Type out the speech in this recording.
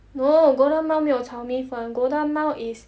no golden mile 没有炒米粉 golden mile is